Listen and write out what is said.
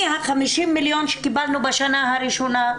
מ-50 מיליון שקיבלנו בשנה הראשונה,